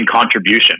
contribution